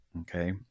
Okay